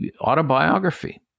autobiography